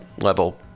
level